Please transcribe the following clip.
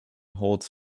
holds